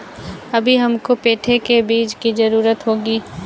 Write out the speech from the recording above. अभी हमको पेठे के बीज की जरूरत होगी